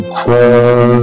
cry